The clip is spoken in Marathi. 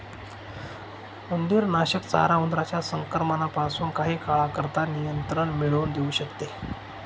उंदीरनाशक चारा उंदरांच्या संक्रमणापासून काही काळाकरता नियंत्रण मिळवून देऊ शकते